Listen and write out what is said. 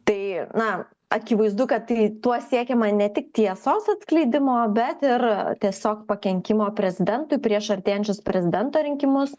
tai na akivaizdu kad tai tuo siekiama ne tik tiesos atskleidimo bet ir tiesiog pakenkimo prezidentui prieš artėjančius prezidento rinkimus